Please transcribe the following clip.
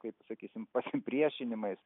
kaip sakysim pasipriešinimais